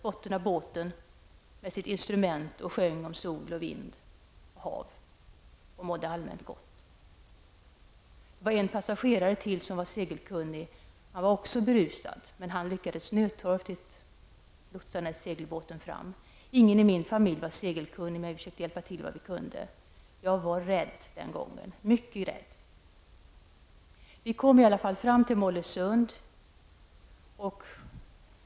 Skepparen satt på durken och hade ett instrument och sjön om sol, vind och hav. Han mådde allmänt gott. Det fanns en till som var segelkunnig. Men han var också berusad. Han lyckades i alla fall nödtorftigt lotsa fram segelbåten. Inte någon i min familj var segelkunnig. Men vi försökte alla göra så gott vi kunde. Jag var mycket rädd den gången. Men vi kom i alla fall fram till Mollösund.